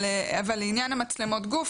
אבל לעניין מצלמות הגוף,